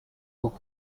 book